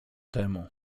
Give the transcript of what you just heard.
temu